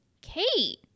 Kate